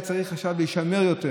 צריך עכשיו להישמר יותר,